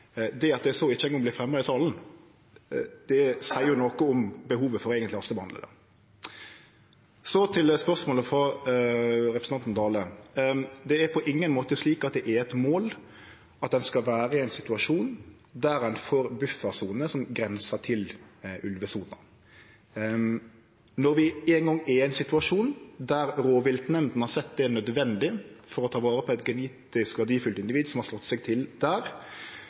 ikkje eingong vert fremja i salen, seier noko om det eigentlege behovet for å hastebehandle det. Så til spørsmålet frå representanten Dale. Det er på ingen måte slik at det er eit mål å ha ein situasjon der ein får buffersoner som grensar til ulvesoner. Når vi no er i ein situasjon der rovviltnemdene har sett det som nødvendig for å ta vare på eit genetisk verdifullt individ som har slått seg til der,